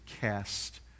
cast